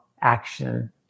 action